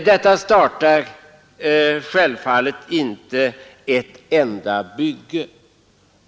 Detta startar självfallet inte ett enda bygge.